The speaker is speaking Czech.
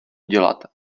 dělat